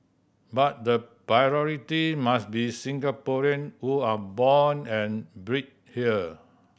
but the priority must be Singaporean who are born and bred here